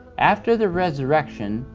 after the resurrection,